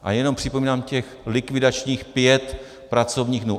A jenom připomínám těch likvidačních pět pracovních dnů.